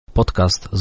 Podcast